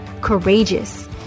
courageous